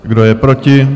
Kdo je proti?